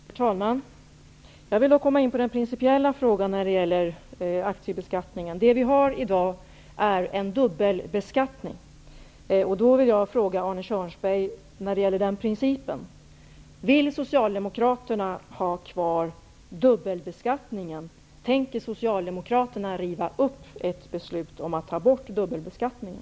Herr talman! Jag vill gå in på den principiella frågan när det gäller aktiebeskattningen. Vi har i dag en dubbelbeskattning. Jag vill fråga Arne Kjörnsberg beträffande den principen: Vill Socialdemokraterna ha kvar dubbelbeskattningen? Tänker Socialdemokraterna riva upp ett beslut om att ta bort dubbelbeskattningen?